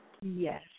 Yes